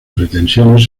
pretensiones